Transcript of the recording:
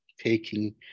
taking